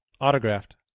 autographed